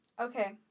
Okay